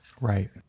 Right